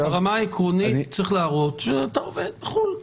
ברמה העקרונית, צריך להראות שאתה עובר לחו"ל.